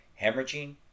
hemorrhaging